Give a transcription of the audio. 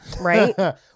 Right